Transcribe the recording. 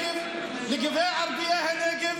לא, דקה, לא להפריע.